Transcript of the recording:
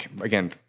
Again